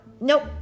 nope